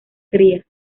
cría